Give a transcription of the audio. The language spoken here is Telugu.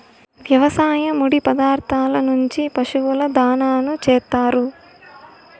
వ్యవసాయ ముడి పదార్థాల నుంచి పశువుల దాణాను చేత్తారు